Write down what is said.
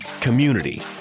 community